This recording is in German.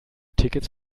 tickets